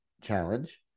challenge